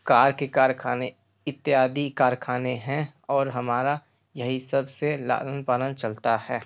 car के कारखाने इत्यादि कारखाने हैं और हमारा यही सब से लालन पालन चलता है